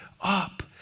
up